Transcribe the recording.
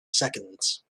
seconds